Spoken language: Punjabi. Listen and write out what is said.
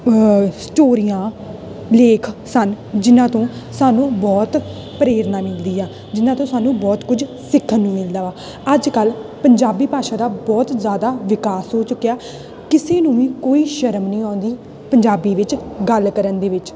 ਸਟੋਰੀਆਂ ਲੇਖ ਸਨ ਜਿਹਨਾਂ ਤੋਂ ਸਾਨੂੰ ਬਹੁਤ ਪ੍ਰੇਰਨਾ ਮਿਲਦੀ ਆ ਜਿਹਨਾਂ ਤੋਂ ਸਾਨੂੰ ਬਹੁਤ ਕੁਝ ਸਿੱਖਣ ਨੂੰ ਮਿਲਦਾ ਵਾ ਅੱਜ ਕੱਲ੍ਹ ਪੰਜਾਬੀ ਭਾਸ਼ਾ ਦਾ ਬਹੁਤ ਜ਼ਿਆਦਾ ਵਿਕਾਸ ਹੋ ਚੁੱਕਿਆ ਕਿਸੇ ਨੂੰ ਵੀ ਕੋਈ ਸ਼ਰਮ ਨਹੀਂ ਆਉਂਦੀ ਪੰਜਾਬੀ ਵਿੱਚ ਗੱਲ ਕਰਨ ਦੇ ਵਿੱਚ